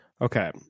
Okay